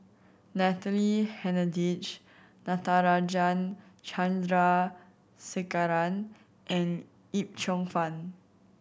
Natalie Hennedige Natarajan Chandrasekaran and Yip Cheong Fun